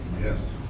Yes